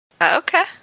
Okay